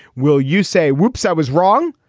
will you say, woops, i was wrong?